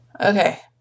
Okay